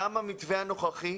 גם המתווה הנוכחי,